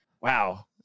wow